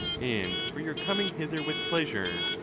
and for your coming hither with pleasure,